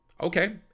okay